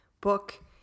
book